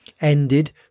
ended